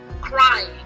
crying